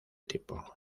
tiempo